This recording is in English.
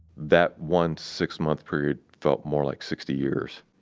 that one six-month period felt more like sixty years